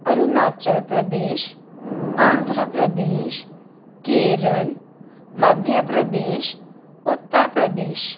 Arunachal Pradesh Andhra Pradesh Kerala Madhya Pradesh Uttar Pradesh